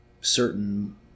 certain